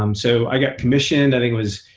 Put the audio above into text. um so i got commissioned, i think it was